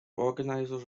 organisers